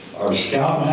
our scout